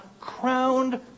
crowned